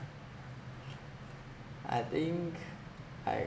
I think I